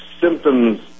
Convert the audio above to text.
symptoms